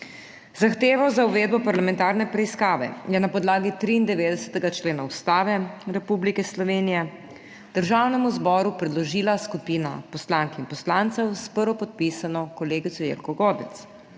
Zahtevo za uvedbo parlamentarne preiskave je na podlagi 93. člena Ustave Republike Slovenije Državnemu zboru predložila skupina poslank in poslancev s prvopodpisano kolegico Jelko Godec.